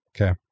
Okay